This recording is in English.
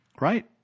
Right